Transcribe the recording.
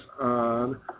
on